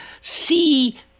see